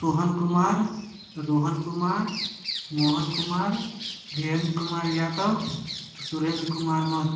Sohan Kumar Rohan Kumar Mohan Kumar Dhirendra Kumar Yadav Surendra Kumar Mahato